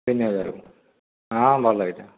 ତିନି ହଜାରକୁ ହଁ ଭଲ ଇଟା